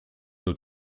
nos